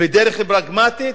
בדרך פרגמטית,